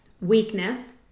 weakness